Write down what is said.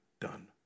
done